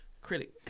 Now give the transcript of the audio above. critic